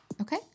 okay